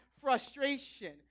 frustration